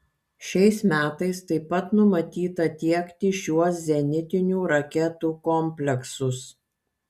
šiais metais taip pat numatyta tiekti šiuos zenitinių raketų kompleksus